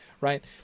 Right